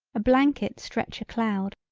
a blanket stretch a cloud,